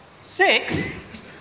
Six